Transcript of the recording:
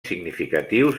significatius